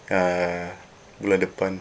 err bulan depan